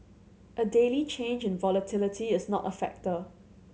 a daily change in volatility is not a factor